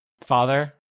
father